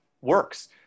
works